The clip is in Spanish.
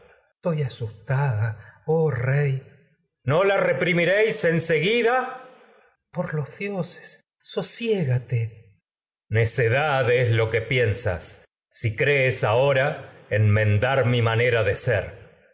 estoy asustada oh rey áyax no la reprimiréis en seguida tecmesa por los dioses sosiégate es áyax necedad lo que piensas si crees ahora enmendar mi manera de coro sada ser